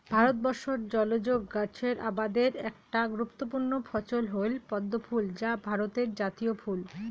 ভারতবর্ষত জলজ গছের আবাদের একটা গুরুত্বপূর্ণ ফছল হইল পদ্মফুল যা ভারতের জাতীয় ফুল